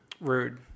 Rude